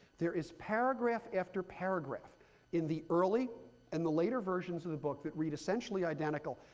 there is paragraph after paragraph in the early and the later versions of the book that read essentially identical,